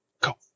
Go